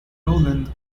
rowland